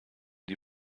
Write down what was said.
die